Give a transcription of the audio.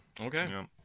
Okay